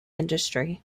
industry